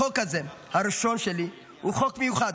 החוק הזה, הראשון שלי, הוא חוק מיוחד.